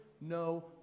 no